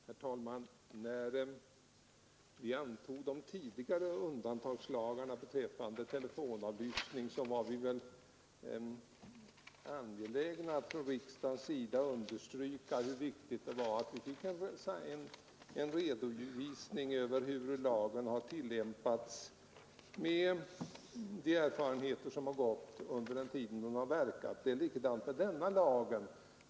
Herr talman! När vi antog den tidigare undantagslagen beträffande telefonavlyssning var vi angelägna att från riksdagen understryka hur viktigt det var att vi skulle få en redovisning av hur lagen har tillämpats och av de erfarenheter som gjorts under den tid som den har verkat. Det är likadant med denna lag.